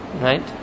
right